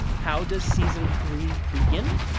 how does season three begin?